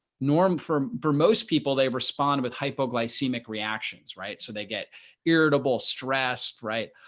norm for for most people, they respond with hypoglycemic reactions, right? so they get irritable, stressed right?